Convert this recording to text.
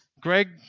Greg